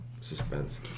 suspense